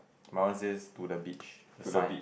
my one says to the beach the sign